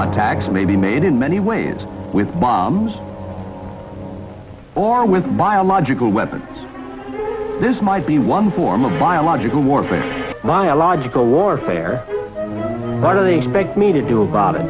attacks may be made in many ways with bombs or with biological weapons this might be one form of biological warfare biological warfare what are these big me to do about it